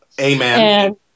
Amen